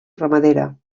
ramadera